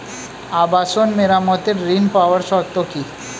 আবাসন মেরামতের ঋণ পাওয়ার শর্ত কি?